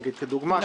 נגיד כדוגמה,